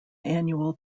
annual